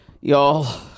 y'all